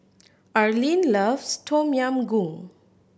Arlyn loves Tom Yam Goong